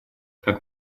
как